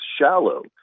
shallow